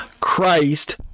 Christ